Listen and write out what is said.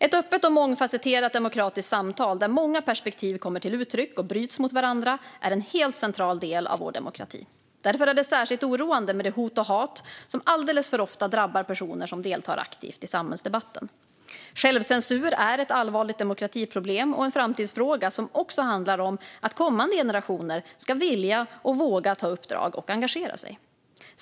Ett öppet och mångfasetterat demokratiskt samtal där många perspektiv kommer till uttryck och bryts mot varandra är en helt central del av vår demokrati. Därför är det särskilt oroande med de hot och det hat som alldeles för ofta drabbar personer som deltar aktivt i samhällsdebatten. Självcensur är ett allvarligt demokratiproblem och en framtidsfråga som också handlar om att kommande generationer ska vilja och våga ta uppdrag och engagera sig.